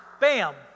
bam